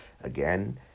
again